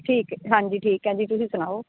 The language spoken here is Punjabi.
ਠੀਕ ਹੈ ਹਾਂਜੀ ਠੀਕ ਹੈ ਜੀ ਤੁਸੀਂ ਸੁਣਾਓ